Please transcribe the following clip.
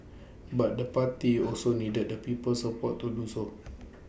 but the party also needed the people's support to do so